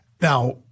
Now